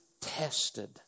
tested